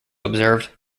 observed